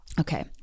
okay